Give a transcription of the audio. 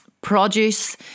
produce